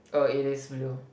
err it is blue